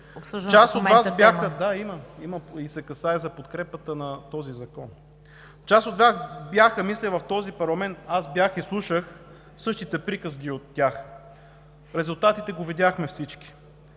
част от Вас бяха в този парламент – аз също, и слушах същите приказки от тях. Резултатите ги видяхме всички.